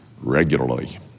regularly